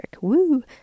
Woo